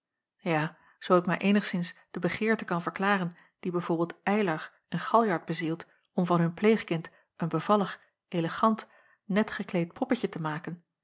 ja zoo ik mij eenigszins de begeerte kan verklaren die b v eylar en galjart bezielt om van hun pleegkind een bevallig elegant net gekleed poppetje te maken